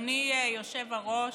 אדוני היושב-ראש,